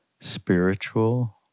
spiritual